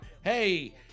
hey